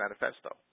Manifesto